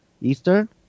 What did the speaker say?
Eastern